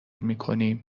میکنیم